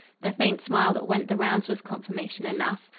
the faint smile that went the rounds was confirmation enough.